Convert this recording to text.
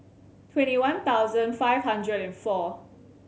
twenty one thousand five hundred and four